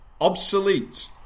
Obsolete